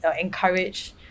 Encourage